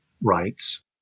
rights